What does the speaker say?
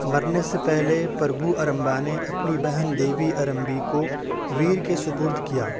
مرنے سے پہلے پربھو ارمبا نے اپنی بہن دیوی ارمبی کو ویر کے سپرد کیا